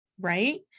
Right